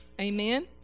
Amen